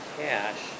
cash